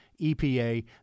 EPA